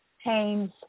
Haynes